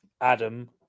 Adam